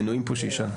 מנויים פה שישה.